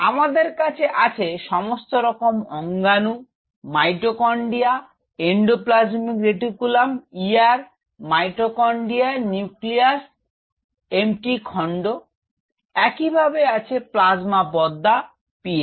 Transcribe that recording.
আমাদের কাছে আছে সমস্ত রকম অঙ্গাণু মাইটোকনড্রিয়া এন্ডোপ্লাজমীয় reticulum ER mitochondria nucleus Mt খণ্ড একইভাবে আছে প্লাজমা পর্দা PM